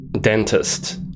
dentist